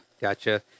gotcha